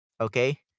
okay